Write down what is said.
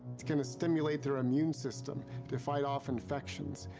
it's gonna stimulate their immune system to fight off infections.